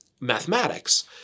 mathematics